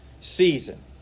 season